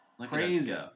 crazy